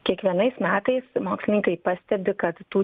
kiekvienais metais mokslininkai pastebi kad tų